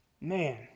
Man